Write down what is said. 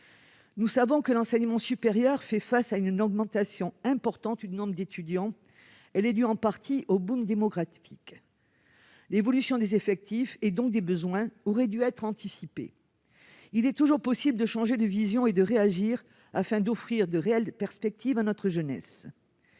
Nous savons que l'enseignement supérieur fait face à une augmentation importante du nombre d'étudiants. Elle est due en grande partie au boom démographique. L'évolution des effectifs, et donc des besoins, aurait dû être anticipée. Il est toujours possible de changer de vision et de réagir afin d'offrir de réelles perspectives à notre jeunesse.